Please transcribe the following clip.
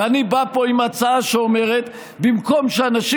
ואני בא לפה עם הצעה שאומרת שבמקום שאנשים